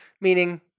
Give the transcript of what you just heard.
meaning